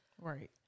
Right